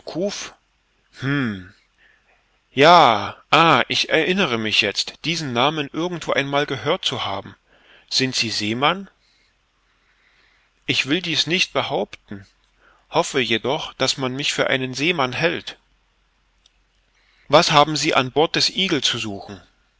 ja ah ich erinnere mich jetzt diesen namen irgendwo einmal gehört zu haben sind sie seemann ich will dies nicht behaupten hoffe jedoch daß man mich für einen seemann hält was haben sie an bord des eagle zu suchen